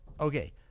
Okay